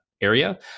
area